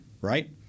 right